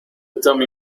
tommy